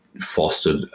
fostered